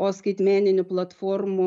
o skaitmeninių platformų